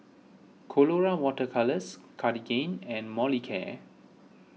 Colora Water Colours Cartigain and Molicare